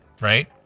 right